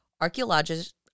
archaeologists